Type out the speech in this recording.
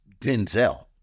Denzel